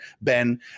Ben